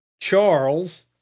Charles